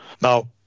Now